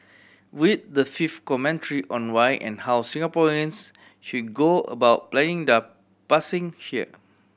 read the fifth commentary on why and how Singaporeans should go about planning their passing here